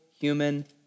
human